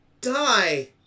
die